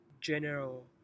general